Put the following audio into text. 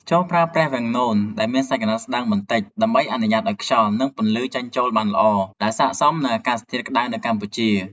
ចូរប្រើប្រាស់វាំងននដែលមានសាច់ក្រណាត់ស្ដើងបន្តិច ដើម្បីអនុញ្ញាតឱ្យខ្យល់ និងពន្លឺចេញចូលបានល្អ ដែលស័ក្តិសមនឹងអាកាសធាតុក្តៅនៅកម្ពុជា។